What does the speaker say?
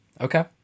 Okay